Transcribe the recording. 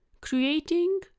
creating